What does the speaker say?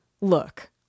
Look